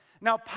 Now